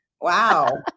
Wow